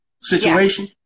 situation